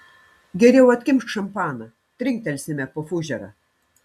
geriau atkimšk šampaną trinktelsime po fužerą